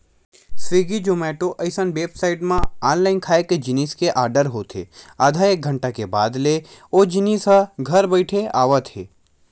Swiggy, Zomato असन website म online खाए के जिनिस के आरडर होत हे आधा एक घंटा के बाद ले ओ जिनिस ह घर बइठे आवत हे